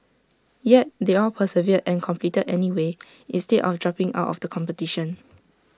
yet they all persevered and competed anyway instead of dropping out of the competition